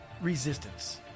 resistance